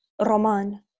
Roman